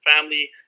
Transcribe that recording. family